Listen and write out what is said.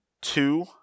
two